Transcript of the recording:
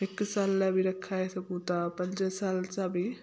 हिकु साल लाइ बि रखाए सघूं था पंज साल सां बि